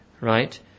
right